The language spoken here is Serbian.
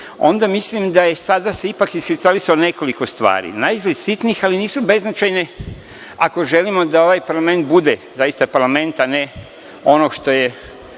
onda mislim da se sada iskristalisalo nekoliko stvari, naizgled sitnih, ali nisu beznačajne ako želimo da ovaj parlament bude zaista parlament, a ne ono što je